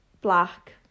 black